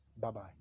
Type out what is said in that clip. Bye-bye